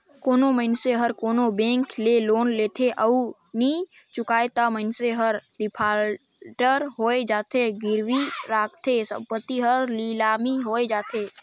कोनो मइनसे हर कोनो बेंक ले लोन लेथे अउ नी चुकाय ता मइनसे हर डिफाल्टर होए जाथे, गिरवी रराखे संपत्ति हर लिलामी होए जाथे